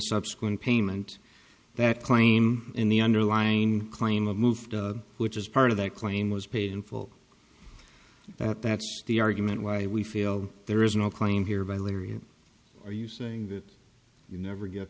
subsequent payment that claim in the underlying claim of move which is part of that claim was paid in full that's the argument why we feel there is no claim here by later you are you saying that you never get